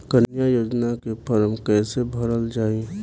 कन्या योजना के फारम् कैसे भरल जाई?